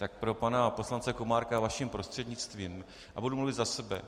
Tak pro pana poslance Komárka vaším prostřednictvím a budu mluvit za sebe.